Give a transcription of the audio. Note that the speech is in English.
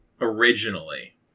originally